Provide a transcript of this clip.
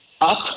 up